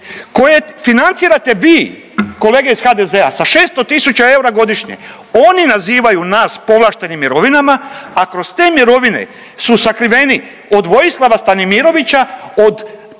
koje financirate vi kolege iz HDZ-a sa 600 tisuća eura godišnje. Oni nazivaju nas povlaštenim mirovinama, a kroz te mirovine su sakriveni od Vojislava Stanimirovića, od